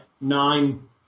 Nine